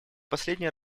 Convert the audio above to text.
последний